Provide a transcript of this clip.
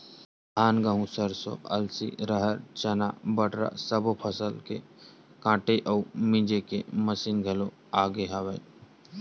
धान, गहूँ, सरसो, अलसी, राहर, चना, बटरा सब्बो फसल के काटे अउ मिजे के मसीन घलोक आ गे हवय